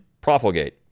profligate